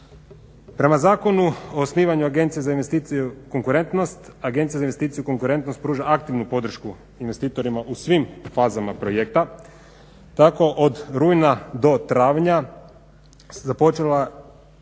Prema Zakonu o osnivanju Agencije za investicije i konkurentnost, Agencija za investiciju i konkurentnost pruža aktivnu podršku investitorima u svim fazama projekta. Tako od rujna do travnja započela, Agencija